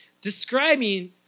describing